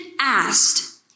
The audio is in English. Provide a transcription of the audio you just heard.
asked